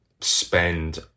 spend